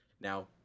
Now